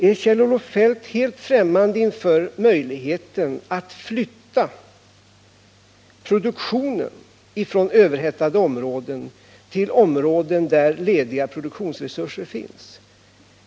Är Kjell-Olof Feldt helt främmande för möjligheten att Nytta produktionen från överhettade områden till områden där lediga produktionsresurser finns?